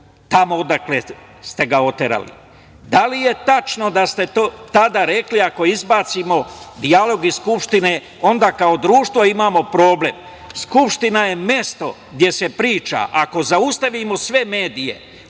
tamo odakle ste ga oterali. Da li je tačno da ste tada rekli: „Ako izbacimo dijalog iz Skupštine, onda kao društvo imamo problem? Skupština je mesto gde se priča. Ako zaustavimo sve medije,